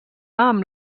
amb